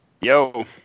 Yo